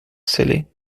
scilly